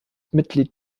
mitglied